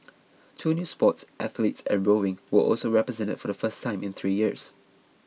two new sports athletics and rowing were also represented for the first time in three years